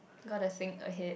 got the thing ahead